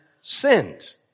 sinned